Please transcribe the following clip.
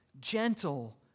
gentle